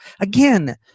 again